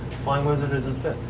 flying lizard is in